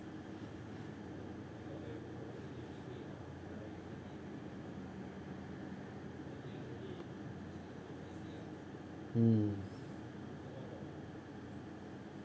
mm